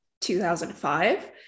2005